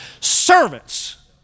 servants